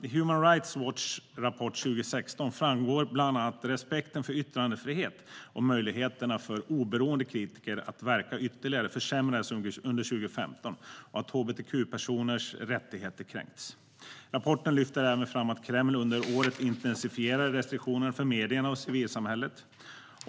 I Human Rights Watch Report 2016 framgår bland annat att respekten för yttrandefrihet och möjligheterna för oberoende kritiker att verka ytterligare försämrades under 2015 och att hbtq-personers rättigheter kränks. Rapporten lyfter även fram att Kreml under året intensifierade restriktionerna för medierna och civilsamhället.